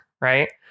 right